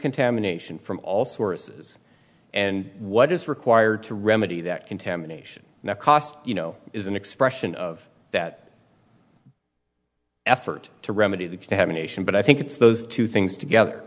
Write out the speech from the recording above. contamination from all sources and what is required to remedy that contamination and the cost you know is an expression of that effort to remedy to have a nation but i think it's those two things together